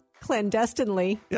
Clandestinely